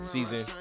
Season